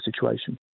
situation